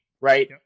right